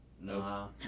No